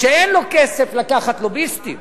שאין לו כסף לקחת לוביסטים,